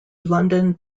london